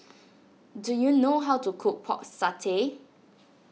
do you know how to cook Pork Satay